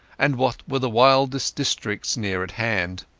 and what were the wildest districts near at hand.